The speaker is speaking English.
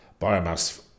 biomass